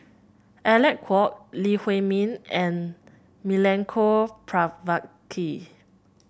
Alec Kuok Lee Huei Min and Milenko Prvacki